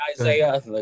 Isaiah